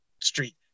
street